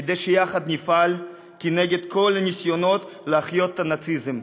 כדי שיחד נפעל נגד כל הניסיונות להחיות את הנאציזם,